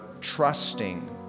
trusting